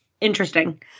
interesting